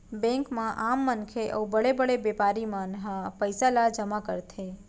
bank म आम मनखे अउ बड़े बड़े बेपारी मन ह पइसा ल जमा करथे